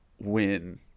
win